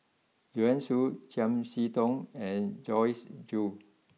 Joanne Soo Chiam see Tong and Joyce Jue